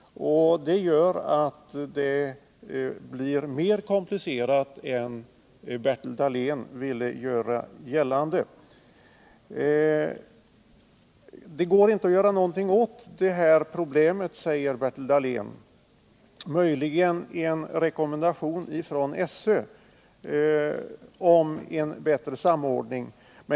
Frågan är därför mer komplicerad än Bertil Dahlén ville göra gällande. Det går inte att göra något åt detta problem, sade Bertil Dahlén, möjligen kan en rekommendation från skolöverstyrelsen leda till en bättre samordning.